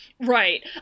Right